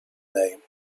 name